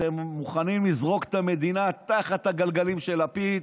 אתם מוכנים לזרוק את המדינה תחת הגלגלים של לפיד,